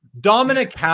Dominic